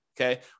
okay